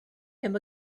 him